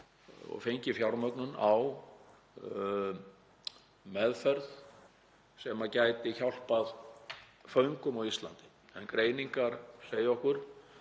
og fengið fjármögnun á meðferð sem gæti hjálpað föngum á Íslandi, en greiningar segja okkur